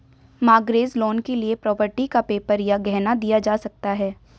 mortgage loan के लिए property का पेपर या गहना दिया जा सकता है